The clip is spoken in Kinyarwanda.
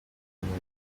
murimo